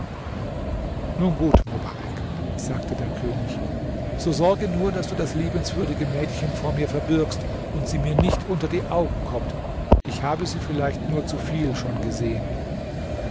nun gut mobarek sagte der könig so sorge nur daß du das liebenswürdige mädchen vor mir verbirgst und sie mir nicht unter die augen kommt ich habe sie vielleicht nur zu viel schon gesehen